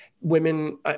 women